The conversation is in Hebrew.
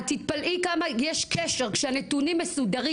את תתפלאי כמה יש קשר כשהנתונים מסודרים